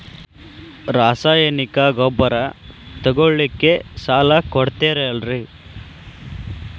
ರಾಸಾಯನಿಕ ಗೊಬ್ಬರ ತಗೊಳ್ಳಿಕ್ಕೆ ಸಾಲ ಕೊಡ್ತೇರಲ್ರೇ?